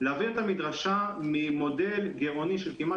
להביא את המדרשה ממודל גרעוני של כמעט